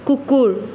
কুকুৰ